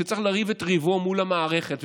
שצריך לריב את ריבו מול המערכת,